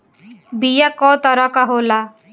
बीया कव तरह क होला?